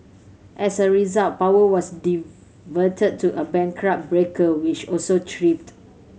as a result power was diverted to a backup breaker which also tripped